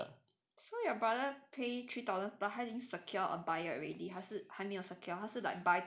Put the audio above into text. so your brother pay three thousand but 他已经 secure a buyer already 还是还没有 secure 还是 like buy to sell